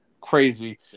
crazy